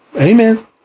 Amen